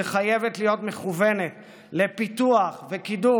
שחייבת להיות מכוונת לפיתוח ולקידום